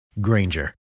Granger